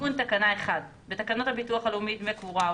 תיקון תקנה בתקנות הביטוח הלאומי (דמי קבורה)